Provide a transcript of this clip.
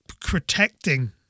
protecting